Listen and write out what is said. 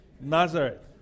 Nazareth